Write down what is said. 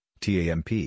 TAMP